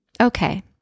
Okay